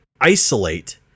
isolate